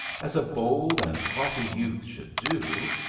as a bold and haughty youth should do,